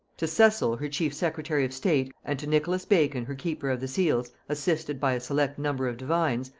to cecil her chief secretary of state and to nicholas bacon her keeper of the seals, assisted by a select number of divines,